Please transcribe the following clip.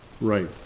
right